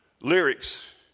lyrics